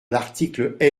l’article